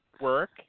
work